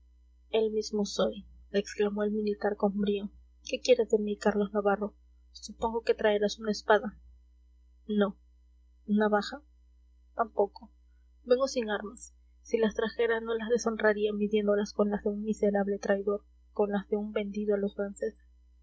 el mismo soy exclamó el militar con brío qué quieres de mí carlos navarro supongo que traerás una espada no navaja tampoco vengo sin armas si las trajera no las deshonraría midiéndolas con las de un miserable traidor con las de un vendido a los